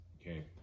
okay